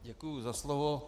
Děkuju za slovo.